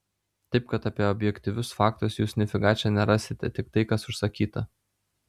taip kad apie objektyvius faktus jūs nifiga čia nerasite tik tai kas užsakyta